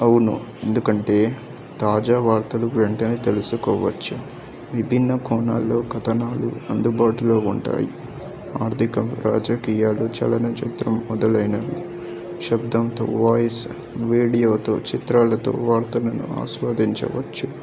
అవును ఎందుకంటే తాజా వార్తలు వెంటనే తెలుసుకోవచ్చు విభిన్న కోణలలో కథనాలు అందుబాటులో ఉంటాయి ఆర్థికం రాజకీయాలు చలనచిత్రం మొదలైనవి శబ్దంతో వాయిస్ వేడియోతో చిత్రాలతో వార్తలను ఆస్వాదించవచ్చు